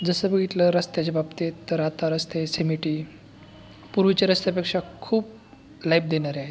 जसं बघितलं रस्त्याच्या बाबतीत तर आता रस्ते सिमेटी पूर्वीच्या रस्त्यापेक्षा खूप लाईफ देणारे आहेत